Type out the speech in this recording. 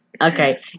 Okay